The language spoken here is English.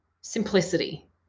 simplicity